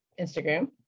Instagram